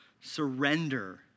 surrender